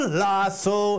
lasso